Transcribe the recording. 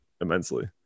immensely